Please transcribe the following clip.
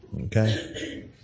Okay